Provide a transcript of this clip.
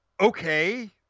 okay